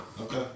Okay